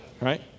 right